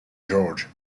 george